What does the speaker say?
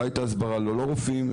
לא הייתה הסברה לרופאים,